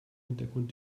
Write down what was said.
hintergrund